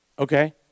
Okay